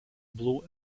blue